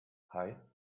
hei